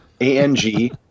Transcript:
A-N-G